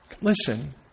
Listen